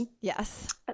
Yes